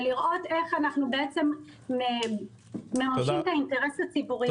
ולראות איך אנו מממשים את האינטרס הציבורי.